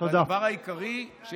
תודה.